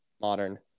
modern